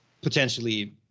potentially